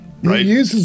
Right